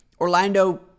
Orlando